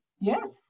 Yes